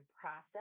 process